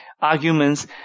arguments